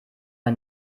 der